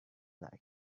like